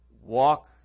walk